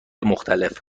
مختلف